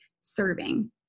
serving